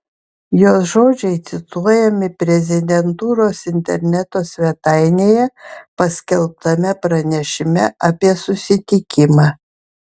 jos žodžiai cituojami prezidentūros interneto svetainėje paskelbtame pranešime apie susitikimą